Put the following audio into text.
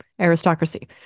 aristocracy